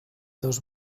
dos